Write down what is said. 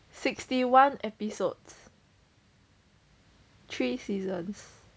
sixty one episodes three seasons